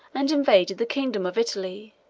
and invaded the kingdom of italy.